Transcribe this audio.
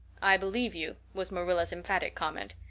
i believe you was marilla's emphatic comment.